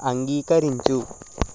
అంగీకరించు